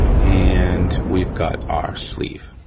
and we've got our sleeve.